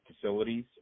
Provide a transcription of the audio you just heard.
facilities